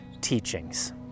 teachings